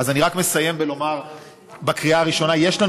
אני אסיים בלומר שבקריאה הראשונה יש לנו